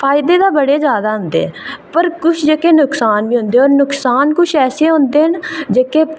फायदे ते बड़े जादा होंदे पर कुछ जेह्के नुक्सान बी होंदे पर नुक्सान ऐसे होंदे जेह्के